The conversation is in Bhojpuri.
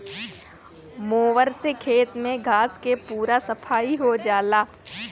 मोवर से खेत में घास के पूरा सफाई हो जाला